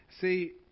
See